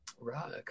Right